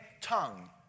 tongue